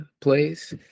plays